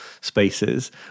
spaces